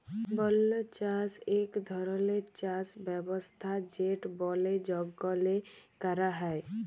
বল্য চাষ ইক ধরলের চাষ ব্যবস্থা যেট বলে জঙ্গলে ক্যরা হ্যয়